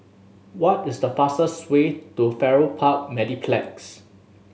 what is the fastest way to Farrer Park Mediplex